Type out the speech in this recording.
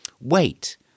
wait